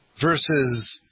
versus